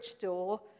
door